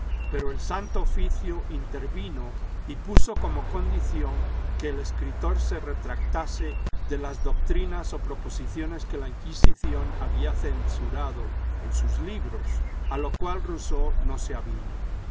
pero el santo ofício intervino y puso como condición que el escritor se retractase de las doctrinas o proposiciones que la inquisición había censurado en sus libros a lo cual rousseau no se avino